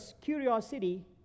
curiosity